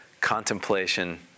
contemplation